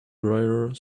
dryer